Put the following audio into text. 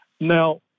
Now